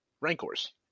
rancors